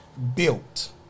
built